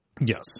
yes